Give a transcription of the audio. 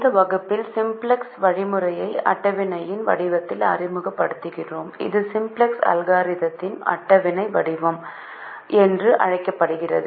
இந்த வகுப்பில் சிம்ப்ளக்ஸ் வழிமுறையை அட்டவணையின் வடிவத்தில் அறிமுகப்படுத்துகிறோம் இது சிம்ப்ளக்ஸ் அல்காரிதத்தின் அட்டவணை வடிவம் என்று அழைக்கப்படுகிறது